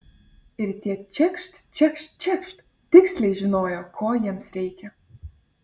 ir tie čekšt čekšt čekšt tiksliai žinojo ko jiems reikia